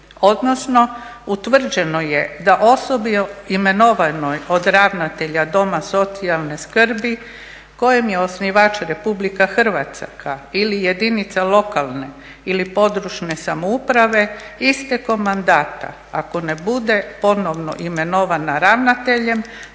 odnsno utvrđeno je da osobi imenovanoj od ravnatelja doma socijalne skrbi kojim je osnivač RH ili jedinice lokalne ili područne samouprave istekom mandata ako ne bude ponovno imenovan ravnateljem